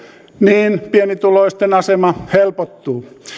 niin pienituloisten asema helpottuu